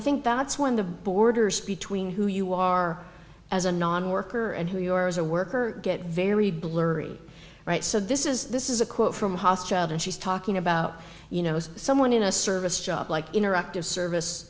i think that's when the borders between who you are as a non worker and who your as a worker get very blurry right so this is this is a quote from haas child and she's talking about you know someone in a service job like interactive service